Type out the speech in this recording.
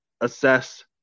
assess